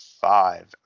five